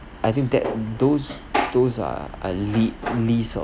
I think that those those are a li~ list of